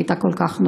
שהייתה כל כך נוראה.